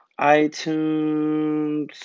iTunes